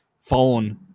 phone